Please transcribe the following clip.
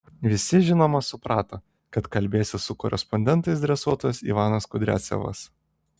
visi žinoma suprato kad kalbėsis su korespondentais dresuotojas ivanas kudriavcevas